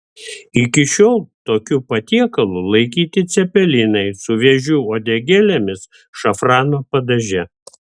iki šiol tokiu patiekalu laikyti cepelinai su vėžių uodegėlėmis šafrano padaže